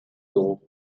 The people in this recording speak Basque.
dugu